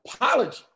apology